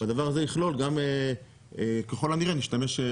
והדבר הזה יכלול גם ככל הנראה נשתמש,